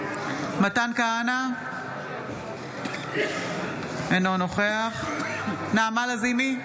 מתן כהנא, אינו נוכח נעמה לזימי,